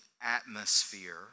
atmosphere